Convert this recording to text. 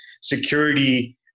security